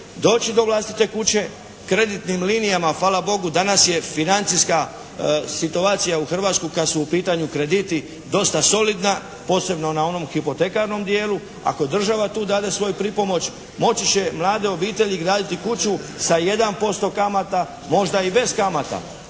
doći do vlastite kuće kreditnim linijama. Hvala Bogu danas je financijska situacija u Hrvatskoj kada su u pitanju krediti dosta solidna posebno na onom hipotekarnom dijelu. Ako država tu dade svoju pripomoć, moći će mlade obitelji graditi kuću sa 1% kamata, možda i bez kamata,